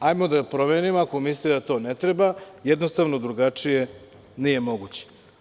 Hajde da promenimo ako mislite da to ne treba, jednostavno drugačije nije moguće.